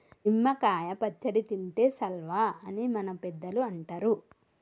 నిమ్మ కాయ పచ్చడి తింటే సల్వా అని మన పెద్దలు అంటరు